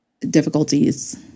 difficulties